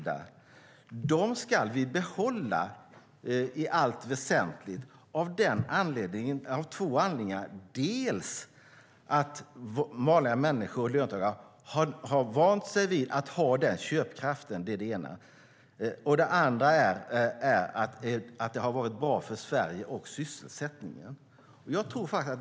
De ska i allt väsentligt behållas av två anledningar. Den ena är att löntagare har vant sig vid att ha denna köpkraft. Den andra är att de har varit bra för Sverige och sysselsättningen.